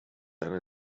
eine